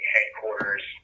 Headquarters